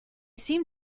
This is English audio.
seem